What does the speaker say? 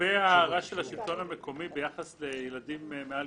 לגבי ההערה של השלטון המקומי ביחס לילדים מעל